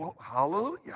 hallelujah